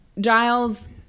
Giles